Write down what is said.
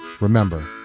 Remember